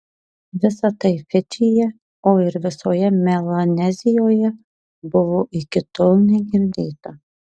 visa tai fidžyje o ir visoje melanezijoje buvo iki tol negirdėta